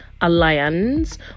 alliance